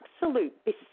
absolute